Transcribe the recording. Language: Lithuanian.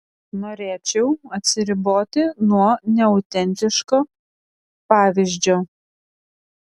norėčiau atsiriboti nuo neautentiško pavyzdžio